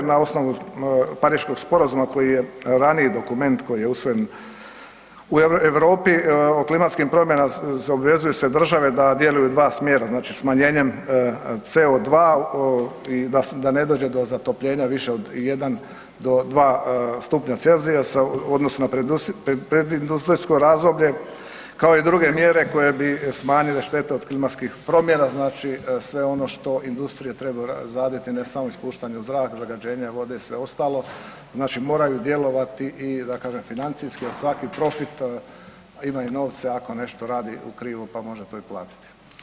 Na osnovu Pariškog sporazuma koji je raniji dokument koji je usvojen u Europi o klimatskim promjenama obvezuju se države da djeluju u dva smjera, znači smanjenjem CO2 i da ne dođe do zatopljenja više od 1 do stupnja Celzijusa odnosno predindustrijsko razdoblje kao i druge mjere koje bi smanjile štetu od klimatskih promjena znači sve ono što industrije trebaju raditi, ne samo ispuštanje zraka i zagađenje vode i sve ostalo, znači moraju djelovati i da kada financijski ili svaki profit, imaju novce ako nešto radi u krivo, pa može to i platiti.